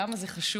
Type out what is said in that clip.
כמה זה חשוב.